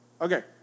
Okay